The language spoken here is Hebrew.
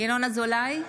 ינון אזולאי,